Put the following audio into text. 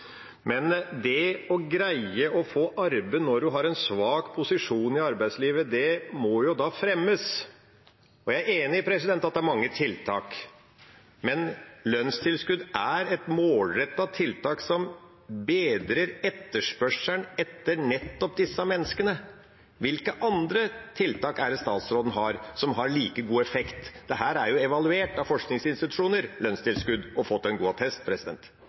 arbeidslivet, må fremmes. Jeg er enig i at det er mange tiltak, men lønnstilskudd er et målrettet tiltak som bedrer etterspørselen etter nettopp disse menneskene. Hvilke andre tiltak har statsråden som har like god effekt? Lønnstilskudd er evaluert av forskningsinstitusjoner og har fått en god attest.